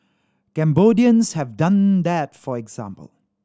Cambodians have done that for example